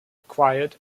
quiet